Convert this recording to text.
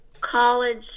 college